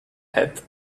hat